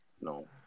no